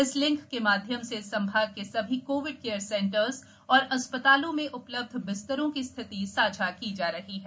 इस लिंक के माध्यम से संभाग के सभी कोविड केयर सेंटरों और अस्पतालों में उपलब्ध बिस्तरों की स्थिति साझा की जा रही है